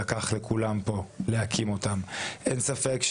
והתוצאה של צעד כזה תהא הרת גורל לכלכלה הישראלית בכלל ולענף ההייטק